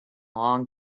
long